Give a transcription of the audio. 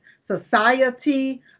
society